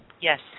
Yes